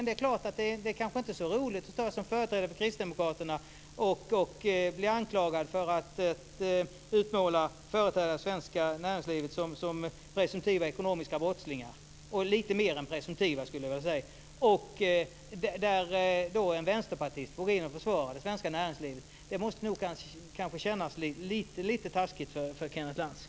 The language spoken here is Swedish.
Det är kanske inte så roligt att som företrädare för Kristdemokraterna bli anklagad för att utmåla företrädare för det svenska näringslivet som presumtiva ekonomiska brottslingar - och lite mer än presumtiva, skulle jag vilja säga - då en vänsterpartist går in och försvarar det svenska näringslivet. Det måste kännas lite taskigt för Kenneth Lantz.